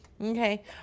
Okay